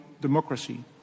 democracy